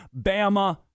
Bama